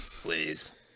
Please